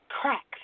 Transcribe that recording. Cracks